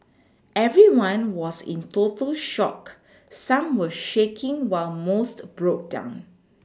everyone was in total shock some were shaking while most broke down